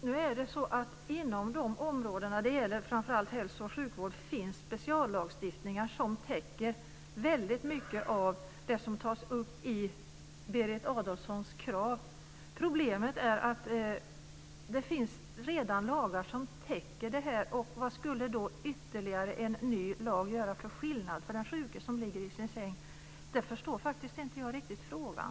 Fru talman! Inom de områden det gäller, framför allt hälso och sjukvård, finns speciallagstiftningar som täcker väldigt mycket av det som tas upp i Berit Adolfssons krav. Det finns redan lagar som täcker det här. Vad skulle då ytterligare en ny lag göra för skillnad för den sjuke som ligger i sin säng? Jag förstår faktiskt inte riktigt frågan.